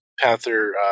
Panther